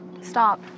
Stop